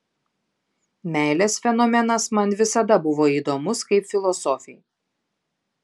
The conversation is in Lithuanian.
meilės fenomenas man visada buvo įdomus kaip filosofei